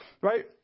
right